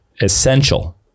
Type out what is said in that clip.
essential